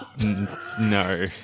No